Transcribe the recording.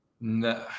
no